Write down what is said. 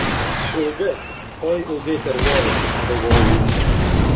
ilgai oi ilgai terliojasi pagalvojo jis